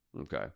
okay